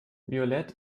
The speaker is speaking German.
violett